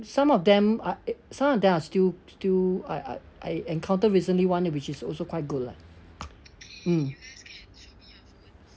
some of them are some of them are still still I I I encountered recently one which is also quite good lah mm